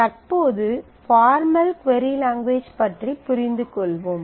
தற்போது formal query language பற்றி புரிந்துகொள்வோம்